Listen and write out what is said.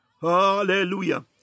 Hallelujah